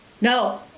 No